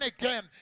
again